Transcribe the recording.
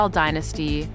dynasty